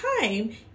time